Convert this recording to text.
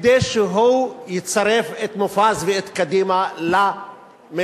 כדי שהוא יצרף את מופז ואת קדימה לממשלה.